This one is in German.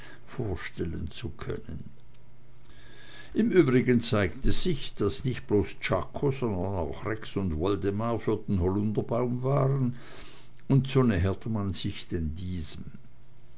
vorstellen zu können im übrigen zeigte sich's daß nicht bloß czako sondern auch rex und woldemar für den holunderbaum waren und so näherte man sich denn diesem